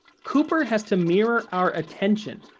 cooper has to mirror our attention.